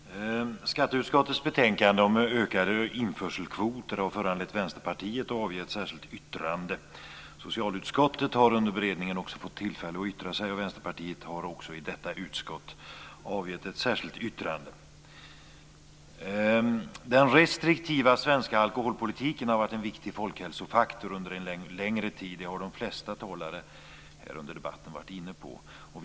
Fru talman! Skatteutskottets betänkande om ökade införselkvoter har föranlett Vänsterpartiet att avge ett särskilt yttrande. Socialutskottet har under beredningen fått tillfälle att yttra sig, och Vänsterpartiet har också i detta utskott avgett ett särskilt yttrande. Den restriktiva svenska alkoholpolitiken har varit en viktig folkhälsofaktor under en längre tid. Det har de flesta talare varit inne på under debatten.